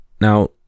now